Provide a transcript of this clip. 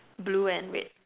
blue and red